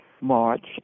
march